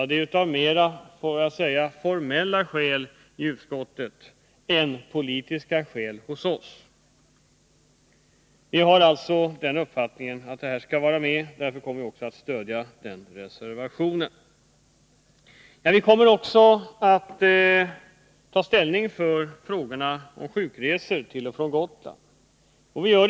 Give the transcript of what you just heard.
Det är mer formella skäl vad gäller utskottsbehandlingen än politiska skäl hos oss som gör att vi inte har någon egen reservation. Men vi har uppfattningen att detta skall vara med, och vi kommer därför att stödja reservationen. Vi kommer alltså också att ta ställning i frågan om sjukresor till och från Gotland, som omfattas av samma reservation.